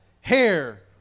hair